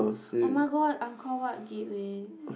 [oh]-my-god Angkor-Wat Gateway